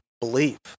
believe